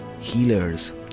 healers